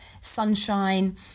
sunshine